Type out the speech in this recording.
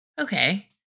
okay